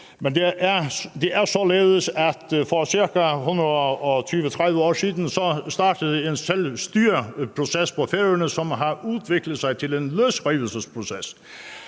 for ca. 120-130 år siden startede en selvstyreproces på Færøerne, som har udviklet sig til en løsrivelsesproces.